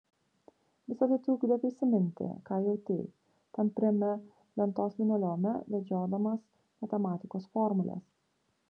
visa tai trukdė prisiminti ką jautei tampriame lentos linoleume vedžiodamas matematikos formules